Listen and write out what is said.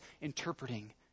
interpreting